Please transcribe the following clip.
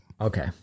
Okay